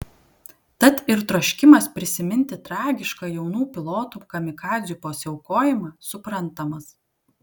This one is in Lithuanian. tad ir troškimas prisiminti tragišką jaunų pilotų kamikadzių pasiaukojimą suprantamas